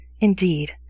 Indeed